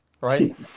right